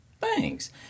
thanks